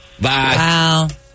Bye